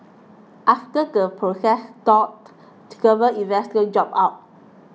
after the process stalled investors dropped out